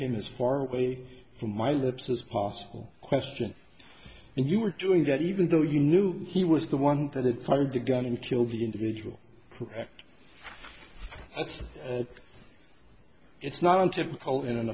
him as far away from my lips as possible question and you were doing that even though you knew he was the one thing that fired the gun and kill the individual act that's it's not untypical in an